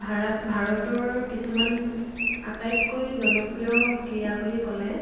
ভাৰা ভাৰতৰ কিছুমান আটাইতকৈ জনপ্ৰিয় ক্ৰীড়া বুলি ক'লে